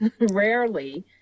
rarely